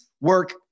work